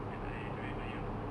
that I don't have ayam